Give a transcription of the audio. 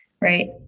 right